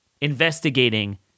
investigating